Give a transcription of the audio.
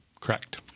Correct